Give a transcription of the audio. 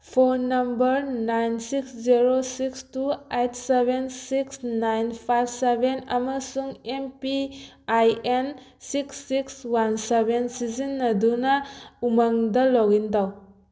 phone number nine six zero six two eight seven six nine five seven ꯑꯃꯁꯨꯡ M P I N six six one seven ꯁꯤꯖꯤꯟꯅꯗꯨꯅ ꯎꯃꯪꯗ login ꯇꯧ